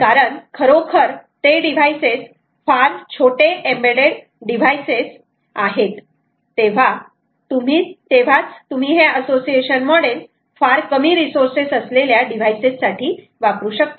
कारण खरोखर ते डिव्हाइसेस फार छोटे एम्बेड्डेड डिव्हाइसेस आहेत तेव्हाच तुम्ही हे असोसिएशन मॉडेल फार कमी रिसोर्सेस असलेल्या डिव्हाइसेस साठी वापरू शकतात